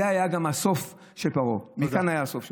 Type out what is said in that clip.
זה היה גם הסוף של פרעה, מכאן היה גם הסוף שלו.